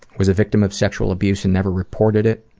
was a victim of sexual abuse and never reported it.